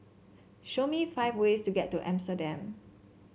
show me five ways to get to Amsterdam